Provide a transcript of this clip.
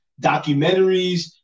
documentaries